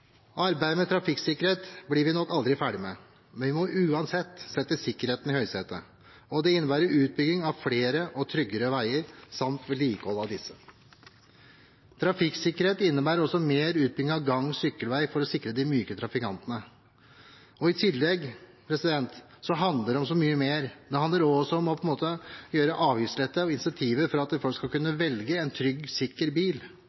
Arbeidet med trafikksikkerhet blir vi nok aldri ferdig med, men vi må uansett sette sikkerheten i høysetet. Det innebærer utbygging av flere og tryggere veier, samt vedlikehold av disse. Trafikksikkerhet innebærer også mer utbygging av gang- og sykkelveier for å sikre de myke trafikantene. Og det handler om så mye mer. Det handler også om avgiftsletter og incentiver for at folk skal kunne velge en trygg og sikker bil. Det betyr at man ikke kan straffe dem som skal kjøpe bil,